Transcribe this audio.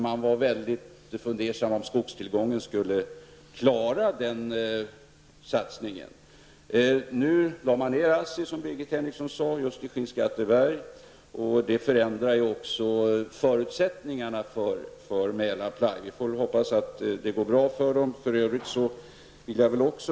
Man var ju mycket fundersam över om tillgången på skog skulle räcka till denna satsning. Nu lades Assi i Skinnskatteberg ner, vilket Birgit Henriksson nämnde. Det förändrar förutsättningarna för Mälarply. Vi får hoppas att det går bra för företaget.